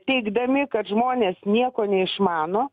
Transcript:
teigdami kad žmonės nieko neišmano